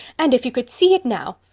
and if you could see it now!